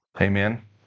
Amen